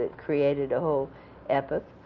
created a whole epoch.